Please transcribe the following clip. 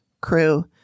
crew